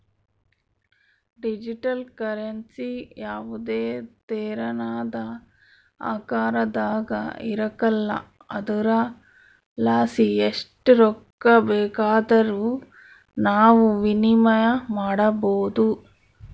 digital currency ಯಾವುದೇ ತೆರನಾದ ಆಕಾರದಾಗ ಇರಕಲ್ಲ ಆದುರಲಾಸಿ ಎಸ್ಟ್ ರೊಕ್ಕ ಬೇಕಾದರೂ ನಾವು ವಿನಿಮಯ ಮಾಡಬೋದು